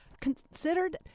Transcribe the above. Considered